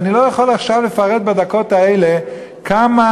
אני לא יכול עכשיו לפרט בדקות האלה כמה